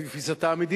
לפי תפיסתה המדינית.